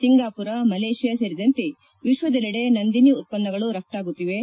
ಒಂಗಾಪುರ Malaysia ಸೇರಿದಂತೆ ವಿಶ್ವದೆಲ್ಲೆಡೆ ನಂದಿನಿ ಉತ್ಪನ್ನಗಳು ರಘ್ತಾಗುತ್ತಿವೆ